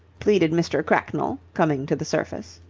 pleaded mr. cracknell, coming to the surface.